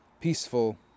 peaceful